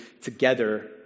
together